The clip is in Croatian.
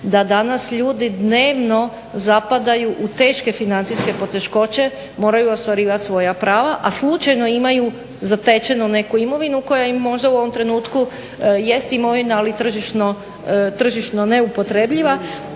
da danas ljudi dnevno zapadaju u teške financijske poteškoće, moraju ostvarivati svoja prava, a slučajno imaju zatečenu neku imovinu koja im možda u ovom trenutku jest imovina ali tržišno neupotrebljiva.